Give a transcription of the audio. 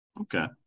Okay